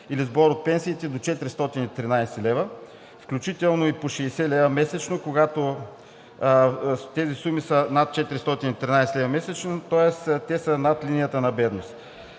или сбор от пенсиите до 413 лв., включително и по 60 лв. месечно, когато тези суми са над 413 лв. месечно, тоест те са над линията на бедност.